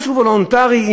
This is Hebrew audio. משהו וולונטרי,